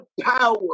power